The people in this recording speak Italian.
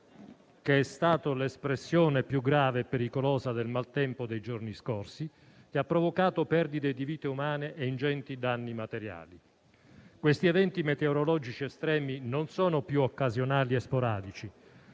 che è stato l'espressione più grave e pericolosa del maltempo dei giorni scorsi e che ha provocato perdite di vite umane e ingenti danni materiali. Questi eventi meteorologici estremi non sono più occasionali e sporadici,